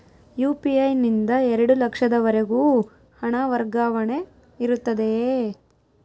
UPI ನಿಂದ ಎರಡು ಲಕ್ಷದವರೆಗೂ ಹಣ ವರ್ಗಾವಣೆ ಇರುತ್ತದೆಯೇ?